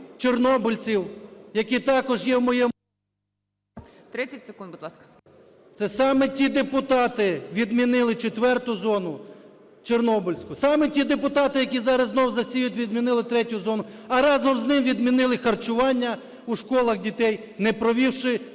будь ласка. ЄВТУШОК С.М. Це саме ті депутати відмінили четверту зону Чорнобильську. Саме ті депутати, які зараз знову "засіюють", відмінили третю зону. А, разом з цим, відмінили харчування у школах дітей, не провівши